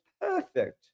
perfect